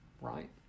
right